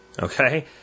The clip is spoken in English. Okay